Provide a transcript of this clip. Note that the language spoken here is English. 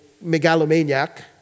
megalomaniac